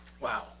Wow